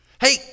Hey